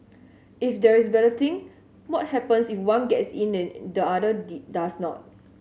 if there is balloting what happens if one gets in and the other did does not